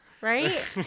Right